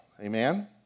Amen